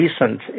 recent